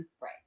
Right